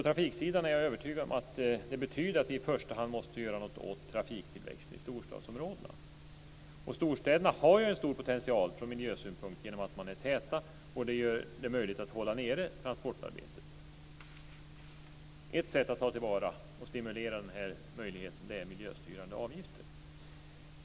Jag är övertygad om att det betyder att vi i första hand måste göra något åt trafiktillväxten i storstadsområdena. Storstäderna har ju en stor potential från miljösynpunkt genom att man är täta. Det gör det möjligt att hålla nere transportarbetet. Ett sätt att ta till vara och stimulera den här möjligheten är miljöstyrande avgifter.